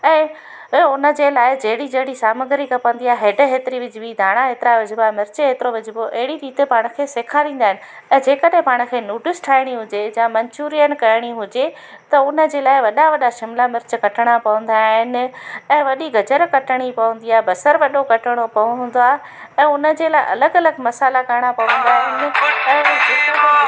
ऐं ऐं उन जे लाइ जहिड़ी जहिड़ी सामग्री खपंदी हैड हेतिरी विझिबी धाणा हेतिरा विझिबा मिर्चु हेतिरो विझिबो अहिड़ी रीति पाण खे सेखारींदा आहिनि ऐं जेकॾहिं पाण खे नूडल्स ठाहिणी हुजे या मंचूरियन करिणी हुजे त उन जे लाइ वॾा वॾा शिमला मिर्च कटिणा पवंदा आहिनि ऐं वॾी गजर कटिणी पवंदी आहे बसरु वॾो कटिणो पवंदो आहे ऐं उन जे लाइ अलॻि अलॻि मसाल्हा कहिड़ा पवंदा आहिनि